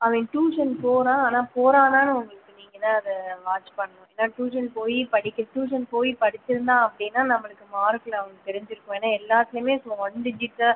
அவன் டியூஷன் போகிறான் ஆனால் போகிறானான்னு உங்களுக்கு நீங்கள்தான் அதை வாட்ச் பண்ணணும் ஏன்னால் டியூஷன் போயி படிக்க டியூஷன் போயி படித்திருந்தான் அப்படின்னா நம்மளுக்கு மார்க்கில் அவனுக்கு தெரிஞ்சுருக்கும் ஏன்னால் எல்லாத்திலையும் ஒன் டிஜிட்டில்